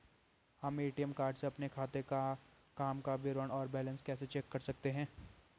हम ATM card से अपने खाते काम विवरण और बैलेंस कैसे चेक कर सकते हैं?